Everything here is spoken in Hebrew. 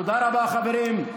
תודה רבה, חברים.